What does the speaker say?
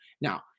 Now